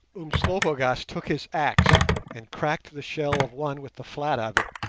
umslopogaas took his axe and cracked the shell of one with the flat of it,